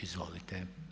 Izvolite.